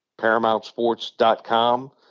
Paramountsports.com